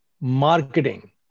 marketing